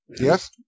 Yes